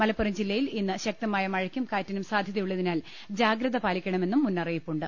മലപ്പുറം ജില്ലയിൽ ഇന്ന് ശക്തമായ മഴയ്ക്കും കാറ്റിനും സാധ്യതയുള്ളതിനാൽ ജാഗ്രത പാലിക്കണമെന്നും മുന്ന റിയിപ്പുണ്ട്